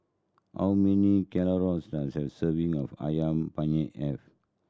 how many calories does a serving of Ayam Penyet have